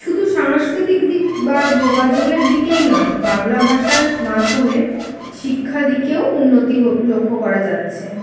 শুধু সাংস্কৃতিক দিক বা যোগাযোগের দিকেই নয় বাংলা ভাষার মাধ্যমে শিক্ষা দিকেও উন্নতি হো লক্ষ্য করা যাচ্ছে